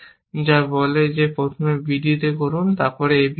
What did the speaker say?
যা বলে যে প্রথমে bdতে করুন তারপরে ab করুন